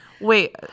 Wait